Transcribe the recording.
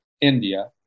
India